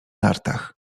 nartach